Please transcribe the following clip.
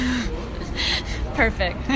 Perfect